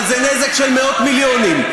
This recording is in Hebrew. אבל זה נזק של מאות מיליונים.